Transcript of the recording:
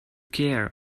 care